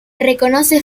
reconoce